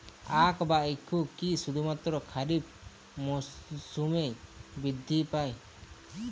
আখ বা ইক্ষু কি শুধুমাত্র খারিফ মরসুমেই বৃদ্ধি পায়?